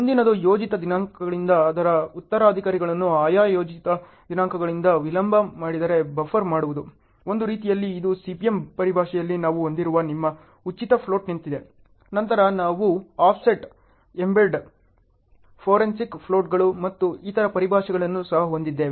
ಮುಂದಿನದು ಯೋಜಿತ ದಿನಾಂಕಗಳಿಂದ ಅದರ ಉತ್ತರಾಧಿಕಾರಿಗಳನ್ನು ಆಯಾ ಯೋಜಿತ ದಿನಾಂಕಗಳಿಂದ ವಿಳಂಬ ಮಾಡದೆ ಬಫರ್ ಮಾಡುವುದು ಒಂದು ರೀತಿಯಲ್ಲಿ ಇದು CPM ಪರಿಭಾಷೆಯಲ್ಲಿ ನಾವು ಹೊಂದಿರುವ ನಿಮ್ಮ ಉಚಿತ ಫ್ಲೋಟ್ನಂತಿದೆ ನಂತರ ನಾವು ಆಫ್ಸೆಟ್ ಎಂಬೆಡ್ ಫೋರೆನ್ಸಿಕ್ ಫ್ಲೋಟ್ಗಳು ಮತ್ತು ಇತರ ಪರಿಭಾಷೆಗಳನ್ನು ಸಹ ಹೊಂದಿದ್ದೇವೆ